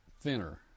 thinner